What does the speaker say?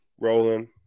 rolling